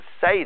say